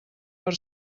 per